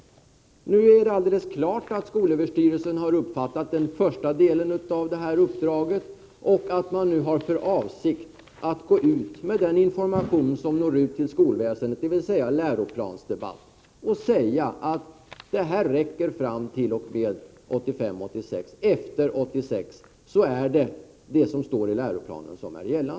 Det står nu alldeles klart att skolöverstyrelsen har uppfattat den första delen av detta uppdrag och har för avsikt att gå ut med information till skolväsendet, väcka till debatt och säga att detta provisorium skall vara t.o.m. läsåret 1985/86. Därefter skall det som står i läroplanen gälla.